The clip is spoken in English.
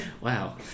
wow